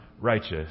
righteous